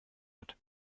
hat